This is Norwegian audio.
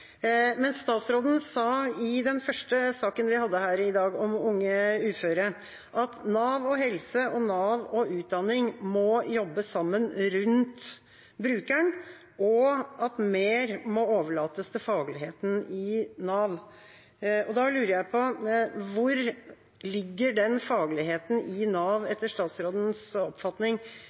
Statsråden sa i den første saken vi hadde her i dag, om unge uføre, at Nav og helse og Nav og utdanning må jobbe sammen rundt brukeren, og at mer må overlates til fagligheten i Nav. Da lurer jeg på: Hvor ligger den fagligheten i Nav, etter statsrådens oppfatning?